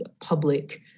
public